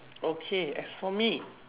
okay as for me